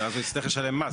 ואז הוא יצטרך לשלם מס.